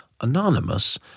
anonymous